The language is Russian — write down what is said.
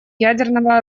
ядерного